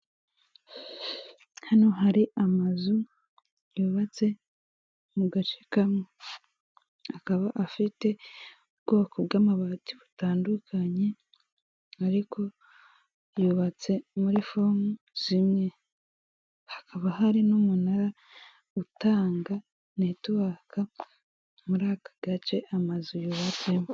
Hano hari amazu yubatse mu gace kamewe akaba afite ubwoko bw'amabati butandukanye ariko yubatse muri fomu zimwe hakaba hari n'umunara utanga netiwake muri aka gace amazu yubatswemo.